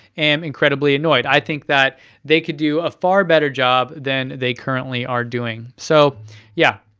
am incredibly annoyed. i think that they could do a far better job than they currently are doing. so yeah,